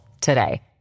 today